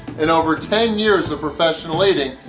and over ten years of professional eating,